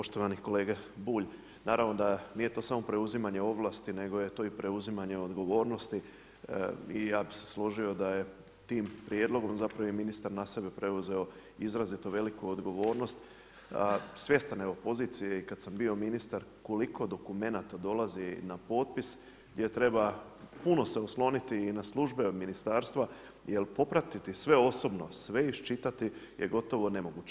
Poštovani kolega Bulj, naravno da nije to samo preuzimanje ovlasti nego je to i preuzimanje odgovornosti i ja bih se složio da je tim prijedlogom zapravo i ministar na sebe preuzeo izrazito veliku odgovornost svjestan evo pozicije i kad sam bio ministar koliko dokumenata dolazi na potpis gdje treba puno se osloniti i na službe od ministarstva, jer popratiti sve osobno, sve iščitati je gotovo nemoguće.